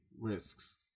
Risks